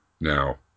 now